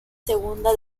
segunda